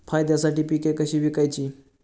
फायद्यासाठी पिके कशी विकायची?